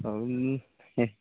ହଉ ହେ